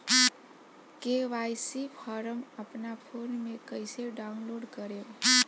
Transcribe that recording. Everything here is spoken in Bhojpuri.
के.वाइ.सी फारम अपना फोन मे कइसे डाऊनलोड करेम?